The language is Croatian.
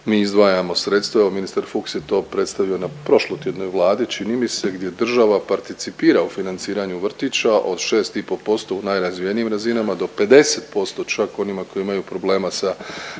mi izdvajamo sredstva. Evo ministar Fuchs je to predstavio na prošlotjednoj Vladi čini mi se gdje država participira u financiranju vrtića od 6 i pol posto u najrazvijenijim razinama do 50% čak onima koji imaju problema sa